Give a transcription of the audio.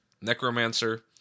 Necromancer